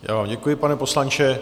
Já vám děkuji, pane poslanče.